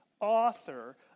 author